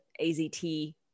AZT